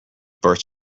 burst